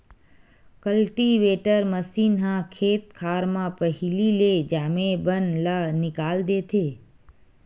cultivator machine ह खेत खार म पहिली ले जामे बन ल निकाल देथे